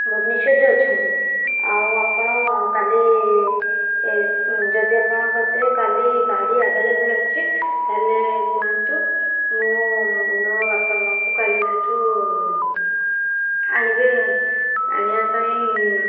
ଭୁବନେଶ୍ୱରରେ ଅଛନ୍ତି ଆଉ ଆପଣ କାଲି ଯଦି ଯଦି ଆପଣଙ୍କ କତିରେ କାଲି ଗାଡ଼ି ଆଭେଲେବୁଲ୍ ଅଛି ତା'ହେଲେ କୁହନ୍ତୁ ମୁଁ ମୋ ବାପା ମାଆଙ୍କୁ କାଲି ସେଠୁ ଆଣିବି ଆଣିବା ପାଇଁ